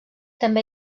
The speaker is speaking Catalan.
també